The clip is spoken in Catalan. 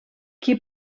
qui